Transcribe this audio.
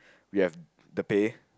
we have the pay